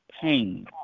pain